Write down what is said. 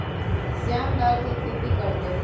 श्याम दाल के खेती कर तय